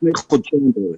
לפני חודשיים בערך.